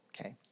okay